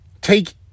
Take